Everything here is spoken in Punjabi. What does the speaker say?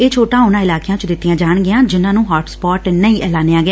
ਇਹ ਛੋਟਾਂ ਉਨ੍ਨਾਂ ਇਲਾਕਿਆਂ ਚ ਦਿੱਤੀਆਂ ਜਾਣਗੀਆਂ ਜਿਨਾਂ ਨੂੰ ਹੋਟ ਸਪੋਟ ਨਹੀ ਐਲਾਨਿਆ ਗਿਆ